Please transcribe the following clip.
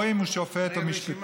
או אם הוא שופט או משפטן.